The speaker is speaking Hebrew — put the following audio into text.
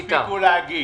אלה שלא הספיקו להגיש.